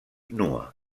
nua